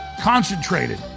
concentrated